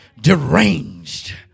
deranged